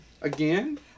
Again